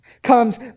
comes